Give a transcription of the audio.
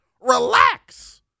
Relax